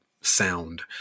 sound